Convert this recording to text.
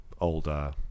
older